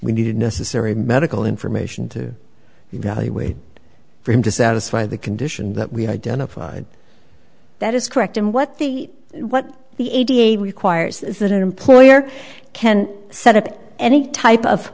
we needed necessary medical information to evaluate him to satisfy the condition that we identified that is correct and what the what the eighty eight requires is that an employer can set up any type of